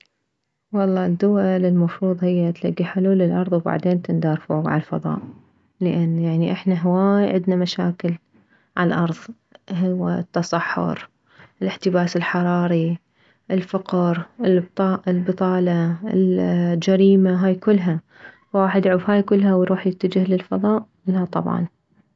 والله الدول المفروض هي تلكي حلول للارض وبعدين تندار فوك للفضاء لان يعني احنا هواي عدنا مشاكل عالارض هو التصحر الاحتباس الحراري الفقر البطالة الجريمة هاي كلها واحد يعوف هاي كلها ويروح يتجه للفضاء لا طبعا